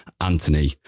Anthony